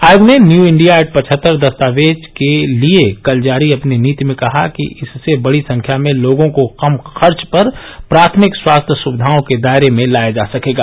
आयोग ने new India at पचहत्तर दस्तावेज के लिए कल जारी अपनी नीति में कहा कि इससे बड़ी संख्या में लोगों को कम खर्च पर प्राथमिक स्वास्थ्य सुविधाओं के दायरे में लाया जा सकेगा